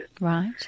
Right